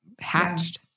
hatched